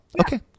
okay